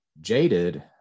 jaded